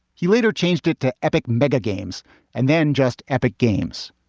he later changed it to epic mega games and then just epic games.